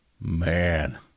Man